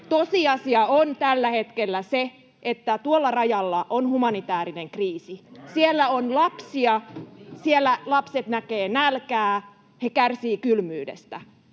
Tosiasia on tällä hetkellä se, että tuolla rajalla on humanitäärinen kriisi. [Juha Mäenpää: Ja naisia ja lapsia!] Siellä on lapsia, siellä lapset näkevät nälkää, he kärsivät kylmyydestä.